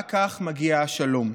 רק כך מגיע השלום.